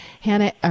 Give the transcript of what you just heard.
Hannah